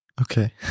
Okay